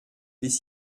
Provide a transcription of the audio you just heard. bis